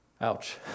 Ouch